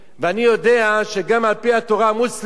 ואני יודע שגם על-פי התורה המוסלמית,